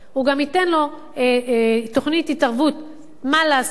הוא גם ייתן לו תוכנית התערבות מה לעשות,